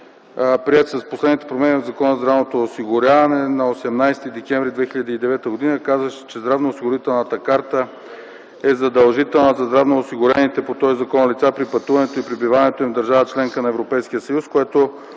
приет с последните промени от Закона за здравното осигуряване на 18 декември 2009 г., казваше, че здравноосигурителната карта е задължителна за здравноосигурените по този закон лица при пътуването и пребиваването им в държава-членка на Европейския съюз,